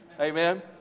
amen